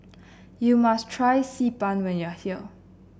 you must try Xi Ban when you are here